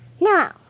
No